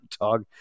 dog